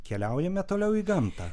keliaujame toliau į gamtą